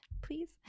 please